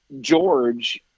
George